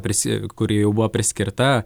prisi kuri jau buvo priskirta